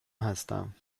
هستم